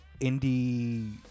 indie